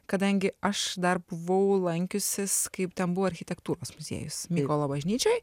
kadangi aš dar buvau lankiusis kaip ten buvo architektūros muziejus mykolo bažnyčioj